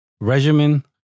regimen